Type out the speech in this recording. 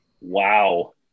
wow